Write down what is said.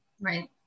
Right